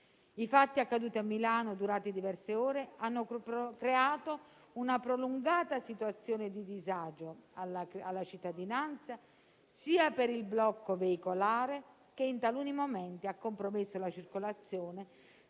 I fatti accaduti a Milano, durati diverse ore, hanno creato una prolungata situazione di disagio alla cittadinanza sia per il blocco veicolare, che in taluni momenti ha compromesso la circolazione,